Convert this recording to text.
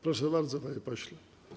Proszę bardzo, panie pośle.